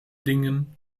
dingen